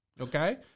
Okay